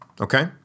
Okay